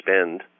spend